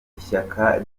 ishyaka